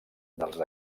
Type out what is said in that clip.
dels